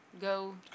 go